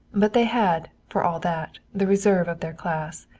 but they had, for all that, the reserve of their class.